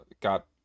got